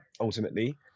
ultimately